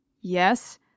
yes